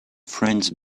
friends